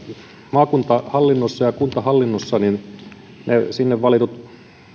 maakuntahallinnossa ja kuntahallinnossa ne sinne valitut